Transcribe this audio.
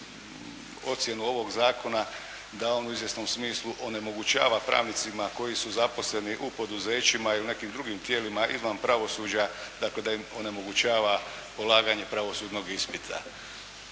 ocjenu ovog zakona, da on u izvjesnom smislu onemogućava pravnicima koji su zaposleni u poduzećima ili u nekim drugim tijelima izvan pravosuđa, dakle da im onemogućava polaganje pravosudnog ispita.